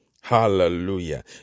Hallelujah